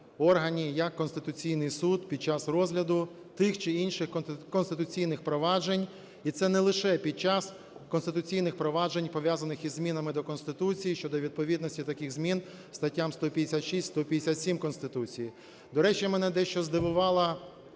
органі, як Конституційний Суд, під час розгляду тих чи інших конституційних проваджень. І це не лише під час конституційних проваджень пов'язаних із змінами до Конституції щодо відповідності таких змін статтям 156, 157 Конституції. До речі, мене дещо здивувала